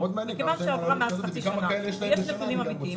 אני רוצה